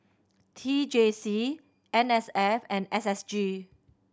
T J C N S F and S S G